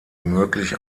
möglich